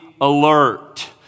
alert